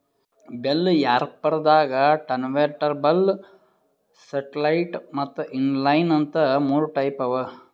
bell wrapper ದಾಗಾ turntable satellite ಮತ್ತ್ inline ಅಂತ್ ಮೂರ್ ಟೈಪ್ ಅವಾ